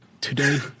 today